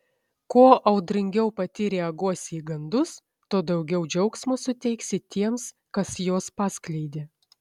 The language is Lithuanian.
kuo audringiau pati reaguosi į gandus tuo daugiau džiaugsmo suteiksi tiems kas juos paskleidė